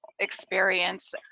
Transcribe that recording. experience